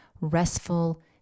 restful